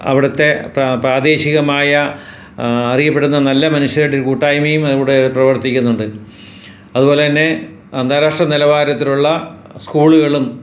അവിടത്തെ പ്രാ പ്രാദേശികമായ അറിയപ്പെടുന്ന നല്ല മനുഷ്യരുടെയൊരു കൂട്ടായ്മയും അതിൻ്റെ കൂടെ പ്രവർത്തിക്കുന്നുണ്ട് അതുപോല തന്നെ അന്താരാഷ്ട്ര നിലവാരത്തിലുള്ള സ്കൂളുകളും